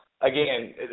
Again